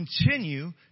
continue